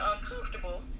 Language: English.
uncomfortable